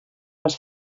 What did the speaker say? les